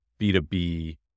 B2B